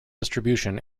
distribution